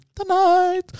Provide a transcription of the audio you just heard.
Tonight